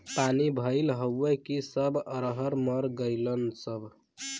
पानी भईल हउव कि सब अरहर मर गईलन सब